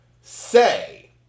say